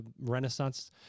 renaissance